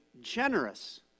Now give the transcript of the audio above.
generous